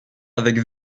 avec